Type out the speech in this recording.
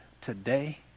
today